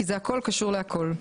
כי זה הכל קשור להכל,